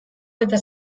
eta